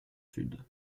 sud